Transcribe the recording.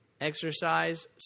Exercise